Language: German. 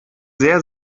sehr